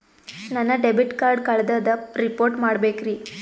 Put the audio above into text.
ನನ್ನ debit card ಕಳ್ದದ report ಮಾಡಬೇಕ್ರಿ